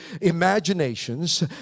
imaginations